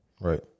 Right